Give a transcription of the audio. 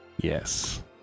Yes